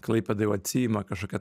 klaipėda jau atsiima kažkokią tai